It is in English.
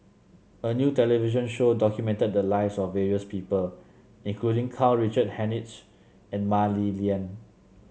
a new television show documented the lives of various people including Karl Richard Hanitsch and Mah Li Lian